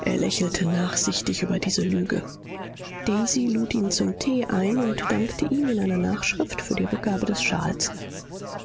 er lächelte nachsichtig über diese lüge daisy lud ihn zum tee ein und dankte ihm in einer nachschrift für die rückgabe des schals